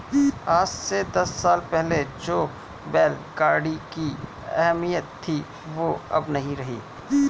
आज से दस साल पहले जो बैल गाड़ी की अहमियत थी वो अब नही रही